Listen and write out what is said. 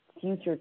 future